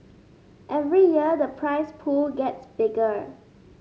every year the prize pool gets bigger